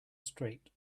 straight